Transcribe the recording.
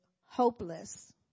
hopeless